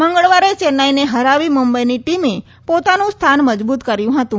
મંગળવારે ચેન્નાઈને હરાવી મુંબઈની ટીમે પોતાનું સ્થાન મજબૂત કર્યું હતું